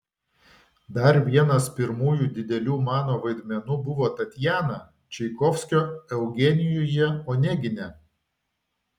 dar vienas pirmųjų didelių mano vaidmenų buvo tatjana čaikovskio eugenijuje onegine